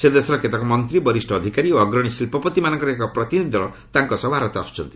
ସେ ଦେଶର କେତେକ ମନ୍ତ୍ରୀ ବରିଷ୍ଣ ଅଧିକାରୀ ଓ ଅଗ୍ରଣୀ ଶିଳ୍ପପତି ମାନଙ୍କର ଏକ ପ୍ରତିନିଧି ଦଳ ତାଙ୍କ ସହ ଭାରତ ଆସୁଛନ୍ତି